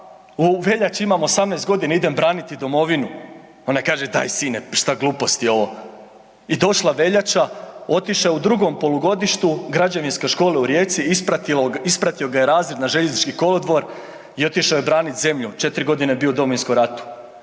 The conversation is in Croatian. u veljači imam 18. g. idem braniti domovinu, ona kaže daj sine, pa šta gluposti ovo, i došla veljača, otišao u drugom polugodištu Građevinske škole u Rijeci, ispratio ga je razred na željeznički kolodvor i otišao je branit zemlju, 4 g. je bio u Domovinskom ratu.